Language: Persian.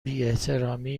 بیاحترامی